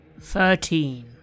Thirteen